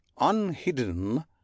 unhidden